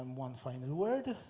um one final word.